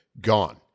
gone